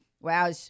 wow